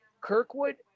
Kirkwood